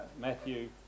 Matthew